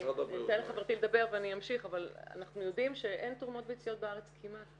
אנחנו יודעים שאין תרומות ביציות בארץ כמעט.